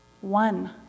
one